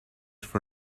for